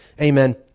amen